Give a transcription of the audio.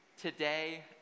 today